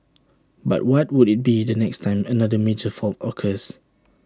but what would IT be the next time another major fault occurs